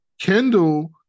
kendall